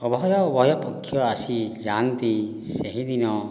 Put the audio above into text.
ଉଭୟ ଉଭୟ ପକ୍ଷ ଆସି ଯାଆନ୍ତି ସେହିଦିନ